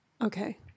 Okay